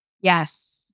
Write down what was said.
Yes